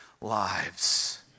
lives